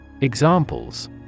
Examples